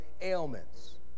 ailments